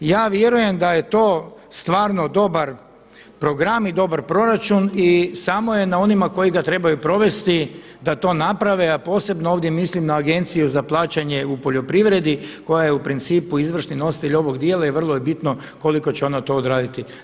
Ja vjerujem da je to stvarno dobar program i dobar proračun i samo je na onima koji ga trebaju provesti da to naprave a posebno ovdje mislim na Agenciju za plaćanje u poljoprivredi koja je u principu izvršni nositelj ovog djela i vrlo je bitno koliko će ona to odraditi.